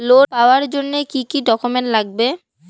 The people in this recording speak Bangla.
লোন পাওয়ার জন্যে কি কি ডকুমেন্ট লাগবে?